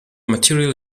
material